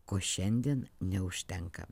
ko šiandien neužtenka